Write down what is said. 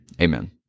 Amen